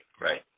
Right